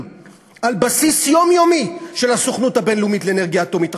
על בסיס יומיומי של הסוכנות הבין-לאומית לאנרגיה אטומית.